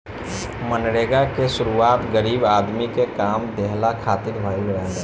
मनरेगा के शुरुआत गरीब आदमी के काम देहला खातिर भइल रहे